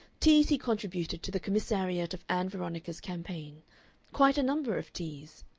teas he contributed to the commissariat of ann veronica's campaign quite a number of teas.